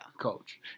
coach